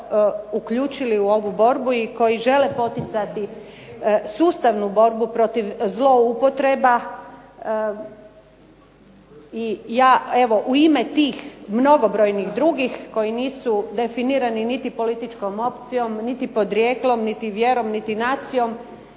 uključili u ovu borbu i koji žele poticati sustavnu borbu protiv zloupotreba. I ja u ime tih mnogobrojnih drugih koji nisu definirani niti političkom opcijom, niti podrijetlom, niti vjerom, niti nacijom